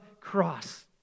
cross